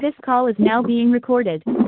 this call is now being recorded